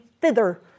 thither